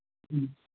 ம்